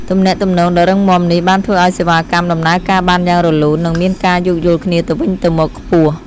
ទំនាក់ទំនងដ៏រឹងមាំនេះបានធ្វើឱ្យសេវាកម្មដំណើរការបានយ៉ាងរលូននិងមានការយោគយល់គ្នាទៅវិញទៅមកខ្ពស់។